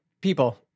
people